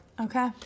Okay